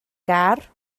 gar